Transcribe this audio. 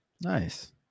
Nice